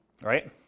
right